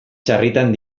sarritan